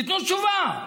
תיתנו תשובה.